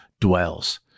dwells